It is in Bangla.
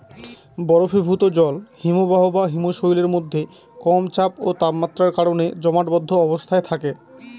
বরফীভূত জল হিমবাহ বা হিমশৈলের মধ্যে কম চাপ ও তাপমাত্রার কারণে জমাটবদ্ধ অবস্থায় থাকে